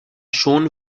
shown